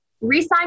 Resign